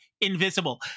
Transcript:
invisible